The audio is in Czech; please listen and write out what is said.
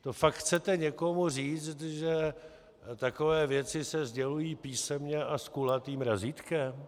To fakt chcete někomu říct, že takové věci se sdělují písemně a s kulatým razítkem?